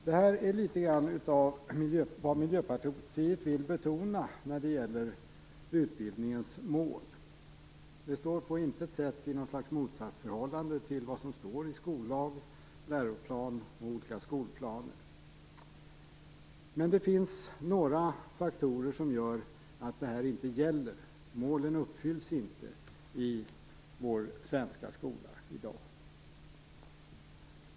Det här är litet grand av det som Miljöpartiet vill betona när det gäller utbildningens mål. Det står på intet sätt i något slags motsatsförhållande till vad som står i skollag, läroplan och olika skolplaner. Men det finns några faktorer som gör att det här inte gäller. Målen uppfylls inte i vår svenska skola i dag.